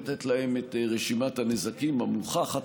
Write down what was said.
לתת להם את רשימת הנזקים המוכחת,